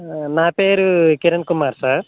నా పేరు కిరణ్ కుమార్ సార్